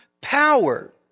power